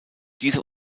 diese